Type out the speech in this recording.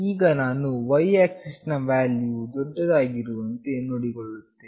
ಈಗ ನಾನು y axis ನ ವ್ಯಾಲ್ಯೂ ವು ಗರಿಷ್ಠವಾಗಿರುವಂತೆ ನೋಡಿಕೊಳ್ಳುತ್ತೇನೆ